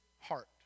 heart